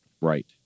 Right